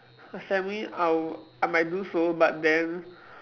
my family I will I might do so but then